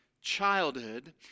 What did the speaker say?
childhood